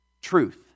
truth